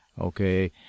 Okay